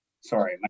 sorry